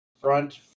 front